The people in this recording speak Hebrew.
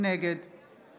נגד